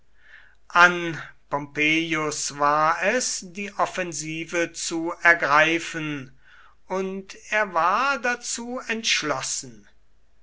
an pompeius war es die offensive zu ergreifen und er war dazu entschlossen